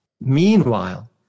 Meanwhile